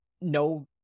no